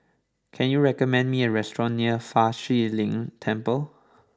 can you recommend me a restaurant near Fa Shi Lin Temple